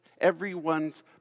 Everyone's